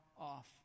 off